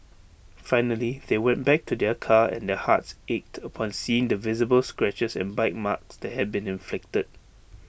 finally they went back to their car and their hearts ached upon seeing the visible scratches and bite marks that had been inflicted